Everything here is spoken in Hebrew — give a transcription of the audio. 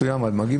מכיוון